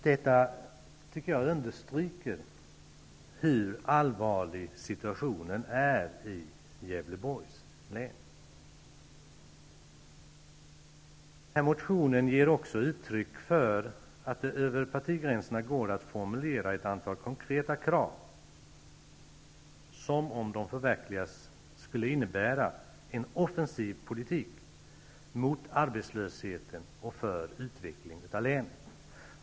Detta tycker jag understryker hur allvarlig situationen är i länet. Denna motion ger också uttryck för att det över partigränserna går att formulera ett antal konkreta krav som, om de förverkligas, skulle innebära en offensiv politik mot arbetslöshet och för utveckling av länet.